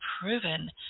proven